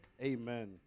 Amen